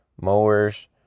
mowers